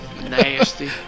Nasty